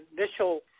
initial